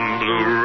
blue